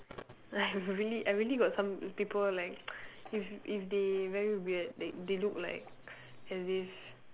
I have really I really got some people like if if they very weird like they look like as if